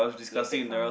you fix for me